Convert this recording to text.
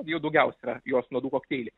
jų daugiausiai yra jos nuodų kokteily